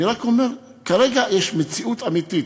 אני רק אומר: כרגע יש מציאות אמיתית.